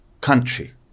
country